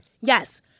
Yes